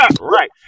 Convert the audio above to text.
right